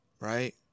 right